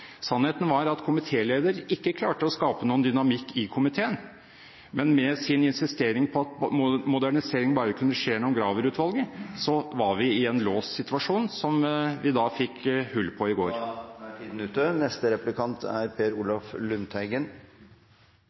Sannheten er at komitélederen ikke klarte å skape noen dynamikk i komiteen. Med sin insistering på at modernisering bare kunne skje gjennom Graver-utvalget, var vi i en låst situasjon, som vi da fikk hull på i går. Da